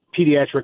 pediatric